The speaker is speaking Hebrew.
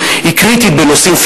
היא קריטית בנושאים חברתיים,